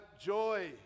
joy